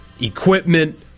equipment